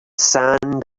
sand